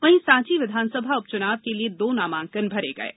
वहीं सांची विधानसभा उपचुनाव के लिये दो नामांकन भरे गये